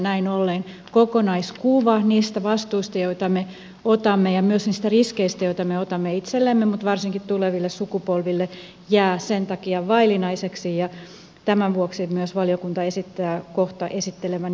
näin ollen kokonaiskuva niistä vastuista joita me otamme ja myös niistä riskeistä joita me otamme itsellemme mutta varsinkin tuleville sukupolville jää sen takia vaillinaiseksi ja tämän vuoksi myös valiokunta esittää kohta esittelemäni ponnen